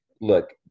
look